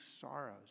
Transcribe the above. sorrows